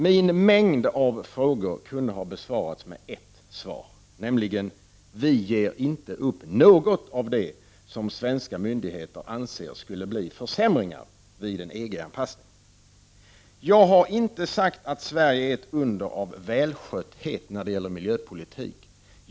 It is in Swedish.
Min mängd av frågor kunde ha besvarats med ett svar: Vi ger inte upp något av det som svenska myndigheter anser skulle innebära försämringar vid en EG-anpassning. Jag har inte sagt att Sverige är ett under av välskötthet när det gäller miljöpolitik.